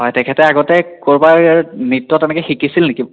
হয় তেখেতে আগতে ক'ৰবাত নৃত্য তেনেকৈ শিকিছিল নেকি